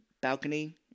balcony